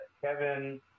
Kevin